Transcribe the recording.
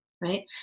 right